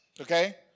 okay